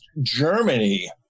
Germany